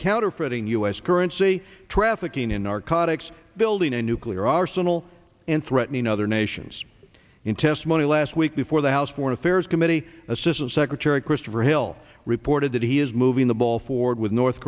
counterfeiting us currency trafficking in narcotics building a nuclear arsenal and threatening other nations in testimony last week before the house foreign affairs committee assistant secretary christopher hill reported that he is moving the ball forward with north